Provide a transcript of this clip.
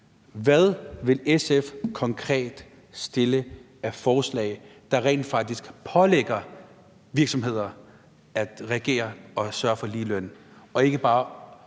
Hvad vil SF konkret stille af forslag, der rent faktisk pålægger virksomheder at reagere og sørge for ligeløn